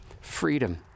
freedom